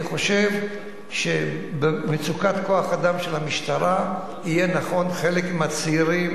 אני חושב שבמצוקת כוח-אדם של המשטרה יהיה נכון לחלק מהצעירים,